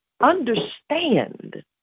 understand